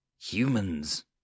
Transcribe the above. humans